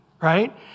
right